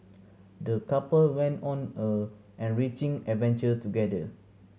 the couple went on a enriching adventure together